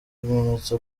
ibimenyetso